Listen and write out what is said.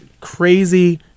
crazy